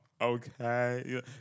Okay